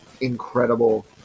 incredible